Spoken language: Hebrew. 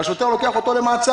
אבל השוטר לקח אותו למעצר.